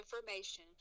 information